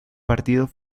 partido